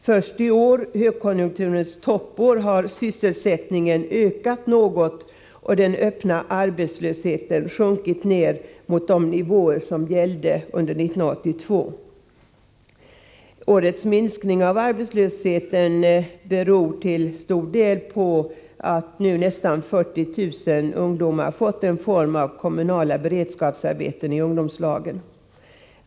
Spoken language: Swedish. Först i år, högkonjunkturens toppår, har sysselsättningen ökat något och den öppna arbetslösheten sjunkit ner mot de nivåer som gällde under 1982. Årets minskning av arbetslösheten beror till stor del på att nu ca 40 000 ungdomar fått en form av kommunala beredskapsarbeten i ungdomslagen.